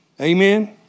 amen